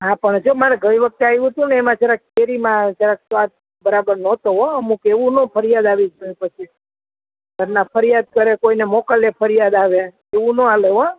હા પણ જો મારે ગઈ વખતે આવ્યું હતુ એમા જરાક કેરીમાં જરાક સ્વાદ બરાબર નહોતો હો અમુક એવું ન ફરિયાદ આવી જોઈએ પછી ઘરના ફરિયાદ કરે કોઈને મોકલે ફરિયાદ આવે એવું નો ચાલે હોં